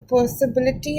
possibility